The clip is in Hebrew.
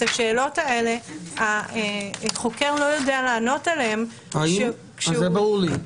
על השאלות האלה החוקר לא יודע לענות כשהוא --- זה ברור לי,